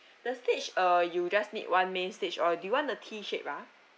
the stage uh you guys need one main stage or do you want the T shape ah